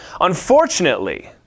Unfortunately